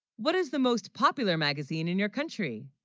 what is the most popular magazine in your country